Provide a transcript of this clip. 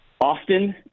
Often